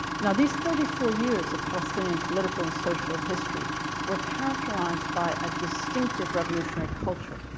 now these thirty four years of palestinian political and social history were characterized by a distinctive revolutionary culture.